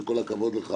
כל הכבוד לך